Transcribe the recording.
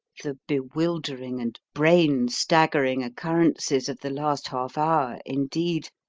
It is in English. the bewildering and brain-staggering occurrences of the last half-hour, indeed,